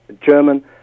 german